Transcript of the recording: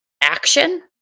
action